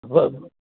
उहो